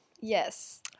Yes